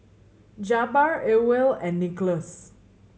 Jabbar Ewell and Nicklaus